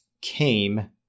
came